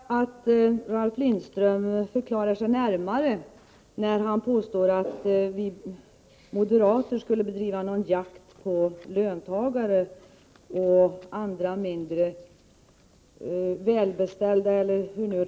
Herr talman! Jag skulle nog vilja att Ralf Lindström förklarar sig närmare när han påstår att vi moderater skulle bedriva något slags jakt på löntagare och andra mindre välbeställda.